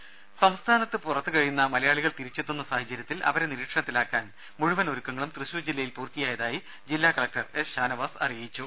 രുമ സംസ്ഥാനത്ത് പുറത്ത് കഴിയുന്ന മലയാളികൾ തിരിച്ചെത്തുന്ന സാഹചര്യത്തിൽ അവരെ നിരീക്ഷണത്തിലാക്കാൻ മുഴുവൻ ഒരുക്കങ്ങളും തൃശൂർ ജില്ലയിൽ പൂർത്തീകരിച്ചതായി ജില്ലാ കളക്ടർ എസ് ഷാനവാസ് അറിയിച്ചു